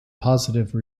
positive